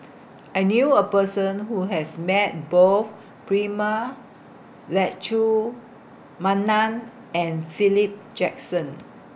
I knew A Person Who has Met Both Prema Letchumanan and Philip Jackson